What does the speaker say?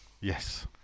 Yes